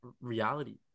reality